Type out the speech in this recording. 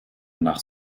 nach